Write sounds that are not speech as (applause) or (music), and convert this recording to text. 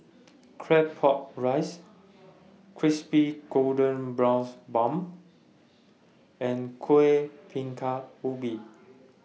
(noise) Claypot Rice Crispy Golden Brown Bun and Kueh Bingka Ubi